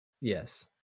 Yes